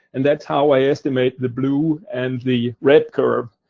and that's how i estimate the blue and the red curve.